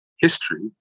history